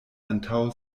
antaŭ